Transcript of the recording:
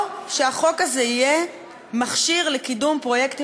או שהחוק הזה יהיה מכשיר לקידום פרויקטים